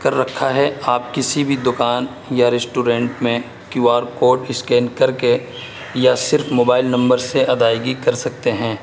کر رکھا ہے آپ کسی بھی دکان یا ریسٹورنٹ میں کیو آر کوڈ اسکین کر کے یا صرف موبائل نمبر سے ادائیگی کر سکتے ہیں